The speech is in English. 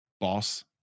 boss